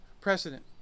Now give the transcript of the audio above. precedent